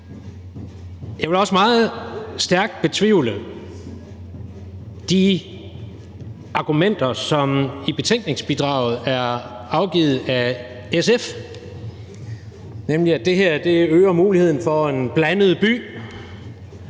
Jeg vil også meget stærkt betvivle de argumenter, som i betænkningsbidraget er afgivet af SF, nemlig at det her øger muligheden for en blandet by,